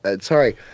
Sorry